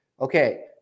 Okay